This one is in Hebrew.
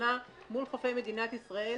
שנה מול חופי מדינת ישראל.